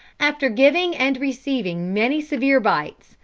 after giving and receiving many severe bites,